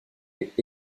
est